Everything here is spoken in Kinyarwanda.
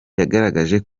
yagaragaje